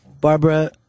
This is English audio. Barbara